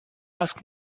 ask